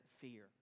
fear